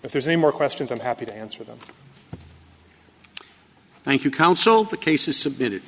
if there's any more questions i'm happy to answer them thank you counsel the case is submitted